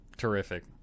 Terrific